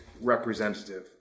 representative